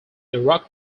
iraq